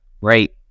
Right